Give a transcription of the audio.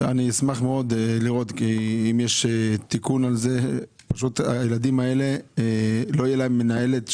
אני אשמח מאוד שתבדוק כי לילדים האלה לא תהיה מנהלת שמרכזת.